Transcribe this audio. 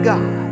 God